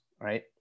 right